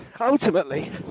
Ultimately